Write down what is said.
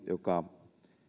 joka